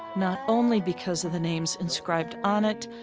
not only because of the names inscribed on it,